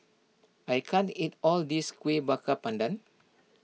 I can't eat all of this Kueh Bakar Pandan